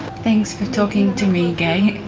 thanks to talking to me gaye.